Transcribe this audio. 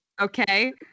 Okay